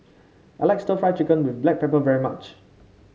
I like stir Fry Chicken with Black Pepper very much